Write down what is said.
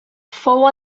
fou